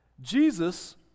Jesus